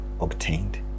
obtained